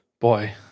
Boy